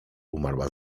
umarła